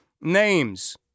names